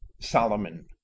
Solomon